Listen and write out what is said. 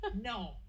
no